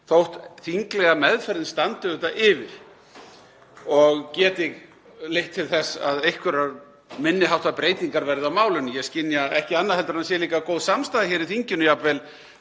þótt þinglega meðferðin standi auðvitað yfir og geti leitt til þess að einhverjar minni háttar breytingar verði á málinu. Ég skynja ekki annað en það sé líka góð samstaða í þinginu, jafnvel